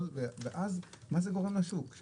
מה זה גורם לשוק?